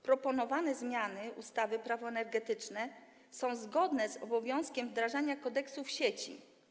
Proponowane zmiany ustawy Prawo energetyczne są zgodne z obowiązkiem wdrażania kodeksów sieci.